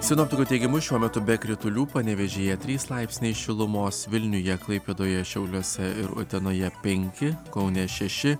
sinoptikų teigimu šiuo metu be kritulių panevėžyje trys laipsniai šilumos vilniuje klaipėdoje šiauliuose ir utenoje penki kaune šeši